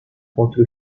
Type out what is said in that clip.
contra